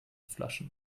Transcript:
flaschen